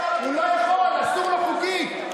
הוא לא יכול, אסור לו חוקית.